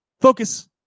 focus